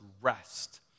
rest